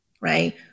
right